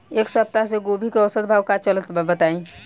एक सप्ताह से गोभी के औसत भाव का चलत बा बताई?